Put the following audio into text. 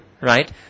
right